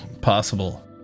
possible